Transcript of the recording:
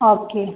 okay